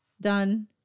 done